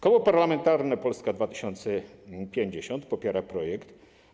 Koło Parlamentarne Polska 2050 popiera projekt.